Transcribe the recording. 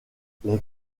les